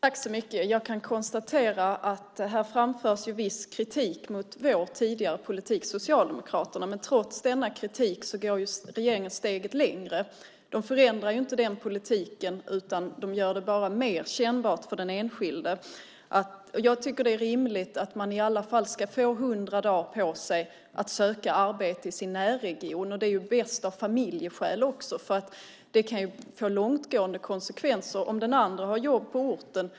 Fru talman! Jag kan konstatera att viss kritik framförs här mot vår, Socialdemokraternas, tidigare politik. Men trots denna kritik går regeringen steget längre. Regeringen förändrar inte den politiken, utan gör det bara mer kännbart för den enskilde. Jag tycker att det är rimligt att man i alla fall ska få 100 dagar på sig för att söka arbete i sin närregion. Det är bäst också av familjeskäl. Det kan ju få långtgående konsekvenser om den andra har jobb på orten.